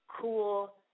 cool